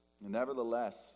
Nevertheless